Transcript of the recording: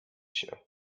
się